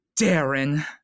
Darren